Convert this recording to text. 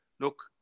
look